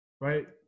right